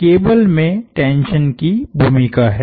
तो यह केबल में टेंशन की भूमिका है